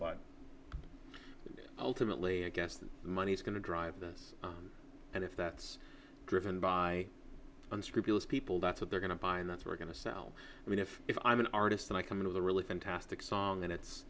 but ultimately i guess the money's going to drive this and if that's driven by unscrupulous people that's what they're going to buy and that's we're going to sell i mean if if i'm an artist and i come into the really fantastic song and it's